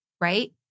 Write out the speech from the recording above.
right